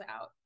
out